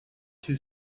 two